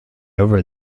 over